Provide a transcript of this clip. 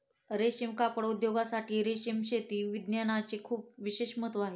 रेशीम कापड उद्योगासाठी रेशीम शेती विज्ञानाचे खूप विशेष महत्त्व आहे